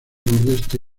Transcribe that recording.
nordeste